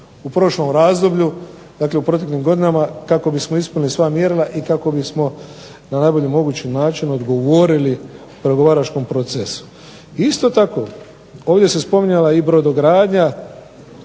u prošlom razdoblju, u proteklim godinama, kako bismo ispunili sva mjerila i kako bismo na najbolji mogući način odgovorili pregovaračkom procesu. Isto tako ovdje se spominjala i brodogradnja